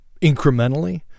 incrementally